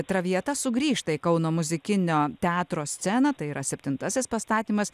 traviata sugrįžta į kauno muzikinio teatro sceną tai yra septintasis pastatymas